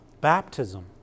baptism